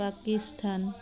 Pakistan